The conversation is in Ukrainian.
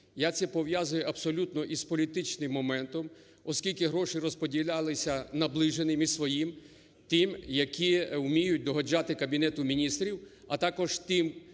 Я це пов'язую абсолютно із політичним моментом, оскільки гроші розподілялися наближеним і своїм, тим, які вміють догоджати Кабінету Міністрів, а також тим